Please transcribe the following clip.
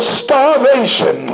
starvation